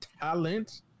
talent